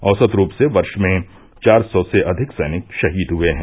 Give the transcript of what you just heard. औसत रूप से वर्श में चार सौ से अधिक सैनिक षहीद हये हैं